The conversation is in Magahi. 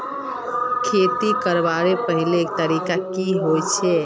खेती करवार पहला तरीका की होचए?